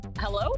Hello